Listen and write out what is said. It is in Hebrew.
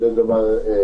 ואז גם הציבור נענה.